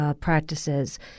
practices